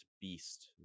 beast